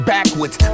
Backwards